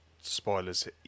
spoilers